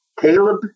Caleb